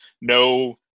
no